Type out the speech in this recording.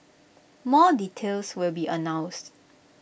more details will be announced